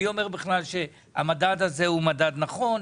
מי אומר בכלל שהמדד הזה הוא מדד נכון?